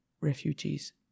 refugees